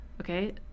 okay